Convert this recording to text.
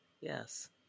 yes